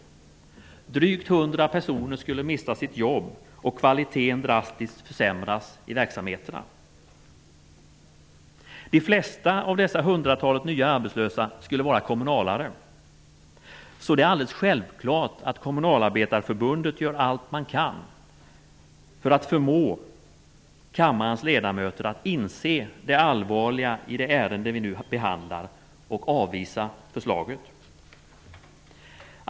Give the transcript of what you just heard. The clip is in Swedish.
Drygt hundra personer skulle mista sina jobb och kvaliten drastiskt försämras i verksamheterna. De flesta av dessa hundratalet nya arbetslösa skulle vara kommunalare. Så det är alldeles självklart att Kommunalarbetareförbundet gör allt man kan för att förmå kammarens ledamöter att inse det allvarliga i det ärende vi nu behandlar och avvisa förslaget.